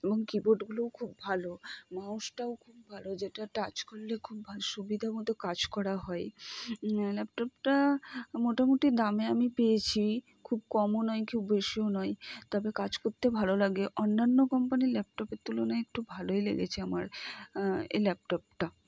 এবং কীবোর্ডগুলোও খুব ভালো মাউসটাও খুব ভালো যেটা টাচ করলে খুব ভালো সুবিধা মতো কাজ করা হয় ল্যাপটপটা মোটামুটি দামে আমি পেয়েছি খুব কমও নয় খুব বেশিও নয় তবে কাজ করতে ভালো লাগে অন্যান্য কোম্পানির ল্যাপটপের তুলনায় একটু ভালোই লেগেছে আমার এই ল্যাপটপটা